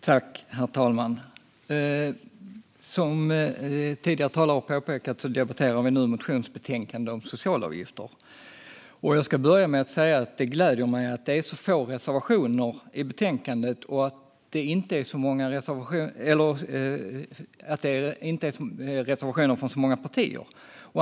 Herr talman! Som tidigare talare har påpekat debatterar vi nu ett motionsbetänkande om socialavgifter. Jag ska börja med att säga att det gläder mig att det är så få reservationer i betänkandet och inte från så många partier.